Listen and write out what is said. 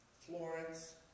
Florence